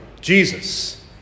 Jesus